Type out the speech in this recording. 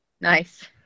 nice